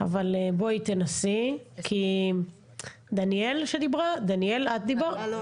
אבל תנסי כי הדברים מאוד